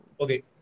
Okay